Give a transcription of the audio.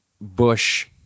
Bush